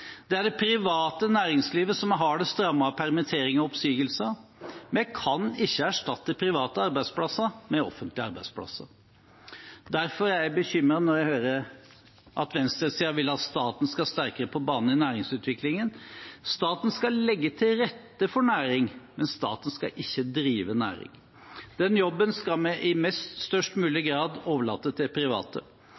Det er det private næringslivet som er hardest rammet av permitteringer og oppsigelser. Vi kan ikke erstatte private arbeidsplasser med offentlige arbeidsplasser. Derfor er jeg bekymret når jeg hører at venstresiden vil at staten skal sterkere på banen i næringsutviklingen. Staten skal legge til rette for næring, men staten skal ikke drive næring. Den jobben skal vi i størst mulig